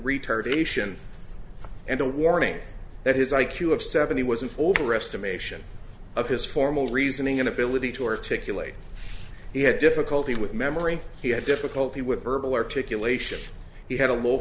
retardation and a warning that his i q of seventy was an overestimation of his formal reasoning inability to articulate he had difficulty with memory he had difficulty with verbal articulation he had a l